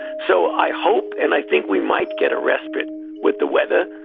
so i hope and i think we might get a respite with the weather,